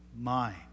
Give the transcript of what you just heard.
mind